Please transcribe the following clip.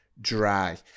Dry